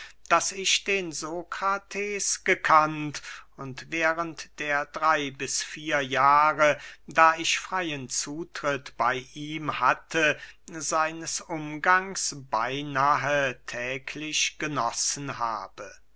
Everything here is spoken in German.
daß ich den sokrates gekannt und während der drey bis vier jahre da ich freyen zutritt bey ihm hatte seines umgangs beynahe täglich genossen habe